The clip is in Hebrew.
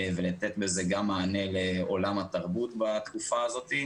ולתת לזה גם מענה לעולם התרבות בתקופה הזאת,